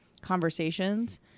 conversations